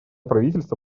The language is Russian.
правительство